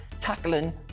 tackling